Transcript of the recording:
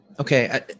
okay